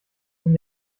sind